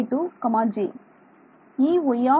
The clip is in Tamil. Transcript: Eyi 12 j